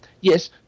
Yes